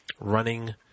running